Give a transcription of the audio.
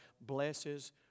blesses